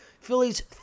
Phillies